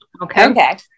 Okay